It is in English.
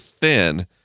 thin